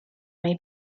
may